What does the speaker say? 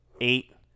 Eight